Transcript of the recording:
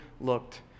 looked